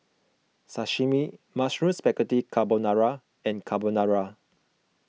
Sashimi Mushroom Spaghetti Carbonara and Carbonara